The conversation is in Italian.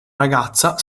ragazza